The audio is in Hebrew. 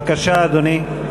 בבקשה, אדוני.